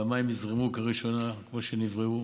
והמים יזרמו כבראשונה כמו שנבראו,